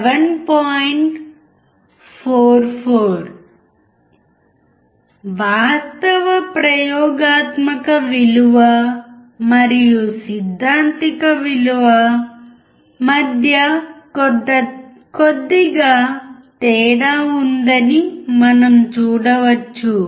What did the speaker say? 44 వాస్తవ ప్రయోగాత్మక విలువ మరియు సిద్ధాంతిక విలువ మధ్య కొద్దిగా తేడా ఉందని మనం చూడవచ్చు